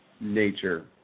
nature